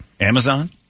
Amazon